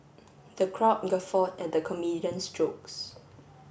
the crowd guffawed at the comedian's jokes